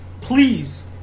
please